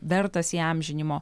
vertas įamžinimo